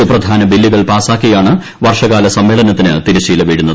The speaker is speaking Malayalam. സുപ്രധാന ബില്ലുകൾ ് പാസ്സാക്കിയാണ് വർഷകാല സമ്മേളനത്തിന് തിരശ്ശീല വീഴുന്നത്